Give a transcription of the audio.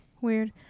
Weird